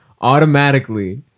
automatically